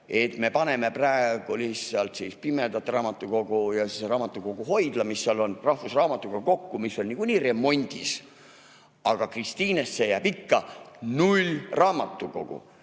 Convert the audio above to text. Kas me paneme praegu lihtsalt pimedate raamatukogu ja raamatukoguhoidla, mis seal on, kokku rahvusraamatukoguga, mis on niikuinii remondis, aga Kristiinesse jääb ikka null raamatukogu?